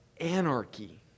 anarchy